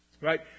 right